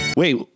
Wait